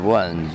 one